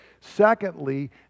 Secondly